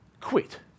quit